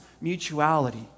mutuality